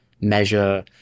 measure